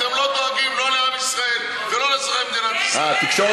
אתם לא דואגים לא לעם ישראל ולא לצורכי מדינת ישראל.